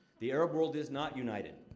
the arab world is not united.